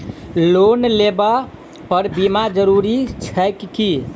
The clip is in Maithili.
लोन लेबऽ पर बीमा जरूरी छैक की?